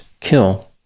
kill